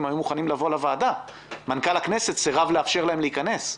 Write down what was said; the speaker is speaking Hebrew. היו מוכנים לבוא לוועדה אבל מנכ"ל הכנסת סירב לאפשר להם להיכנס.